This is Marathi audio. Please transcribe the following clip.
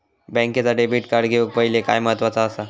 बँकेचा डेबिट कार्ड घेउक पाहिले काय महत्वाचा असा?